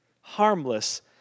Harmless